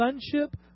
sonship